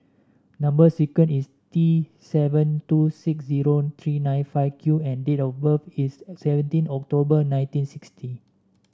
number sequence is T seven two six zero three nine five Q and date of birth is seventeen October nineteen sixty